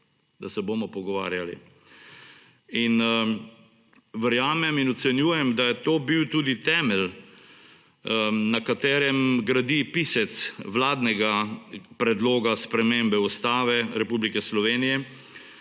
Da se bomo pogovarjali. Verjamem in ocenjujem, da je to bil tudi temelj, na katerem gradi pisec vladnega predloga spremembe Ustave Republike Slovenije,